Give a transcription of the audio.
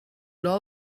lot